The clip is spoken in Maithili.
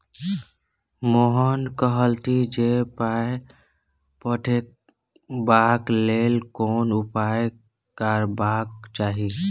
मोहन कहलथि जे पाय पठेबाक लेल कोन उपाय करबाक चाही